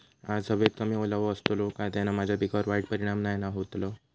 आज हवेत कमी ओलावो असतलो काय त्याना माझ्या पिकावर वाईट परिणाम नाय ना व्हतलो?